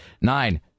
nine